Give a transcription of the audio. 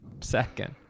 second